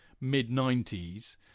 mid-90s